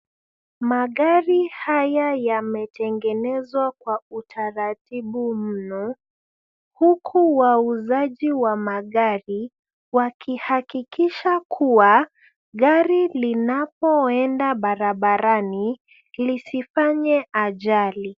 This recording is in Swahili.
Magari haya yametengenezwa kwa utaratibu mno, huku wauzaji wa magari wakihakikisha kuwa gari linapoenda barabarani lisifanye ajali.